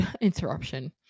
interruption